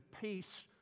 peace